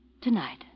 Tonight